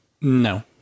No